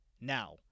Now